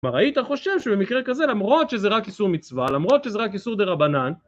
כלומר היית חושב שבמקרה כזה למרות שזה רק איסור מצווה, למרות שזה רק איסור דה רבנן